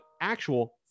actual